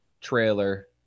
trailer